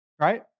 Right